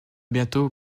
bientôt